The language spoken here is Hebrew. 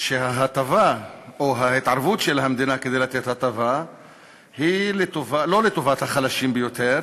שההטבה או ההתערבות של המדינה כדי לתת הטבה היא לא לטובת החלשים ביותר